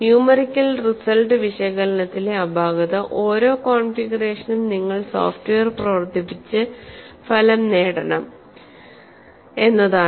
numerical result വിശകലനത്തിലെ അപാകത ഓരോ കോൺഫിഗറേഷനും നിങ്ങൾ സോഫ്റ്റ്വെയർ പ്രവർത്തിപ്പിച്ച് ഫലം നേടണം എന്നതാണ്